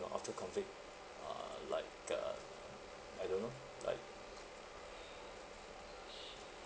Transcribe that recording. after COVID uh like uh I don't know like